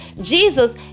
Jesus